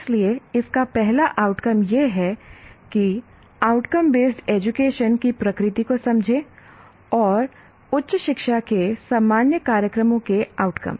इसलिए इसका पहला आउटकम यह है कि आउटकम बेस्ड एजुकेशन की प्रकृति को समझें और उच्च शिक्षा के सामान्य कार्यक्रमों के आउटकम